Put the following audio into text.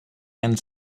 and